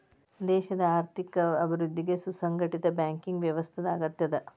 ದೇಶದ್ ಆರ್ಥಿಕ ಅಭಿವೃದ್ಧಿಗೆ ಸುಸಂಘಟಿತ ಬ್ಯಾಂಕಿಂಗ್ ವ್ಯವಸ್ಥಾದ್ ಅಗತ್ಯದ